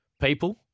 people